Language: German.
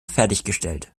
fertiggestellt